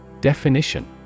Definition